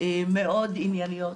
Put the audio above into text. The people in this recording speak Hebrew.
מאוד ענייניות,